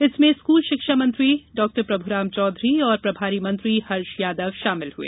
इसमें स्कूल शिक्षा मंत्री डॉक्टर प्रभुराम चौधरी और प्रभारी मंत्री हर्ष यादव शामिल हुए